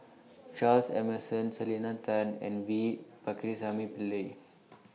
Charles Emmerson Selena Tan and V Pakirisamy Pillai